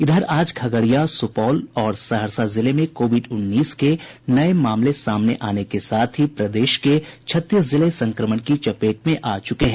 इधर आज खगड़िया सुपौल और सहरसा जिले में कोविड उन्नीस के नये मामले सामने आने के साथ ही प्रदेश के छत्तीस जिले संक्रमण की चपेट में आ चुके है